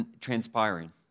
transpiring